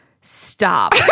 stop